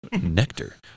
Nectar